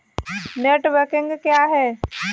Net banking क्या है?